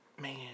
man